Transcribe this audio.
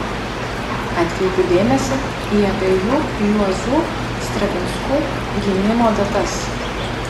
atkreipiu dėmesį į abiejų juozų stravinskų gimimo datas